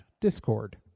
Discord